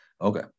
Okay